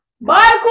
Bye